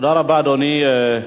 תודה רבה, אדוני.